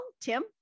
Tim